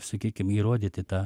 sakykim įrodyti tą